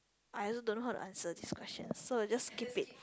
I also don't know how to answer this question so it just skip it